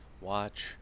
watch